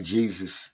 Jesus